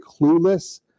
clueless